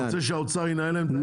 אתה רוצה שהאוצר ינהל להם את העסק?